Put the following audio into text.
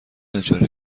اجاره